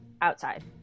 Outside